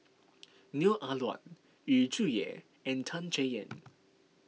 Neo Ah Luan Yu Zhuye and Tan Chay Yan